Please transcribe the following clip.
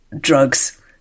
drugs